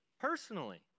personally